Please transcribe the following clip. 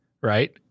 right